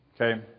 Okay